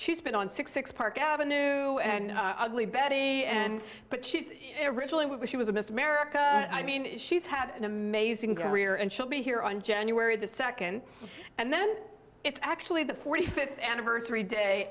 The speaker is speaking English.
she's been on six six park avenue and ugly betty and but she's originally when she was a miss america i mean she's had an amazing career and she'll be here on january the second and then it's actually the forty fifth anniversary day